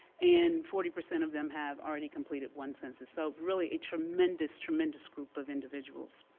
and forty percent of them have already completed one census so really a tremendous, tremendous group of individuals.